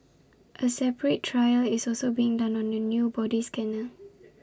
A separate trial is also being done on A new body scanner